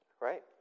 Right